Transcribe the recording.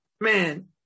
man